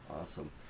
Awesome